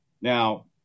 Now